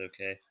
okay